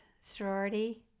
sorority